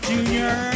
Junior